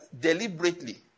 deliberately